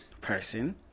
person